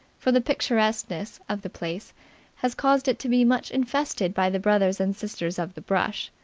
for the picturesqueness of the place has caused it to be much infested by the brothers and sisters of the brush.